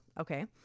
Okay